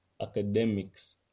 academics